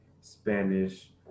spanish